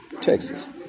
Texas